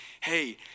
hey